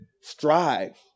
strive